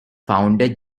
founder